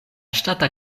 ŝtata